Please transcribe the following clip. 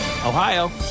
Ohio